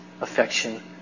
affection